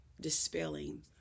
dispelling